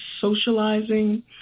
socializing